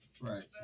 Right